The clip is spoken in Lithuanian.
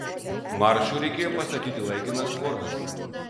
maršui reikėjo pastatyti laikinas tvoras